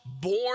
born